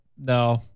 No